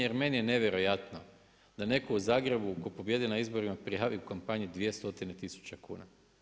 Jer meni je nevjerojatno da netko u Zagrebu tko pobijedi na izborima prijavi u kampanji dvije stotine tisuća kuna.